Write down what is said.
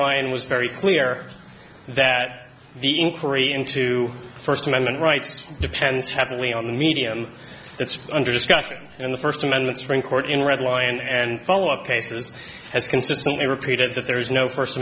line was very clear that the inquiry into first amendment rights depends heavily on the medium that's under discussion and the first amendment supreme court in red lion and follow up cases has consistently repeated that there is no first